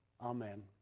Amen